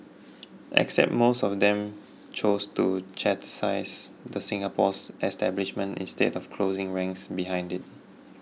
except most of them chose to chastise the Singapore's establishment instead of closing ranks behind it